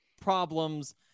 problems